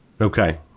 Okay